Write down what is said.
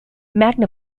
magna